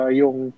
yung